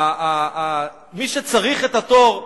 מי שצריך את התור,